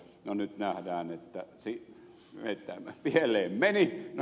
no nyt nähdään että pieleen meni